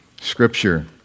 Scripture